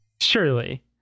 surely